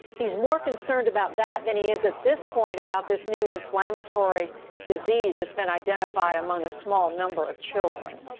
he's more concerned about that than he is at this point about this new inflammatory disease that's been identified among a small number of children.